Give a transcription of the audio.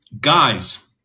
Guys